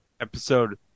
Episode